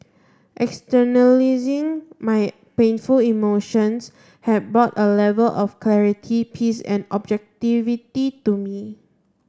externalising my painful emotions had brought A Level of clarity peace and objectivity to me